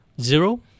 zero